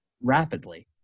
rapidly